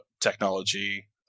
technology